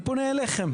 אני פונה אליכם,